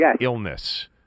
illness